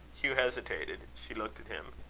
hugh hesitated. she looked at him.